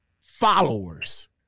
followers